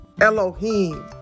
Elohim